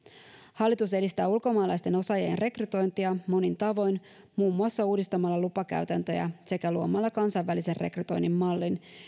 hallitus edistää ulkomaalaisten osaajien rekrytointia monin tavoin muun muassa uudistamalla lupakäytäntöjä sekä luomalla kansainvälisen rekrytoinnin mallin